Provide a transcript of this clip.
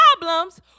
problems